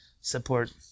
support